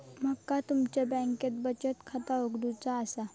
माका तुमच्या बँकेत बचत खाता उघडूचा असा?